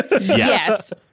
Yes